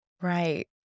Right